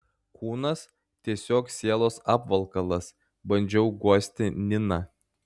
kūnas tiesiog sielos apvalkalas bandžiau guosti niną